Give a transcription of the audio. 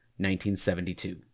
1972